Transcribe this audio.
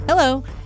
Hello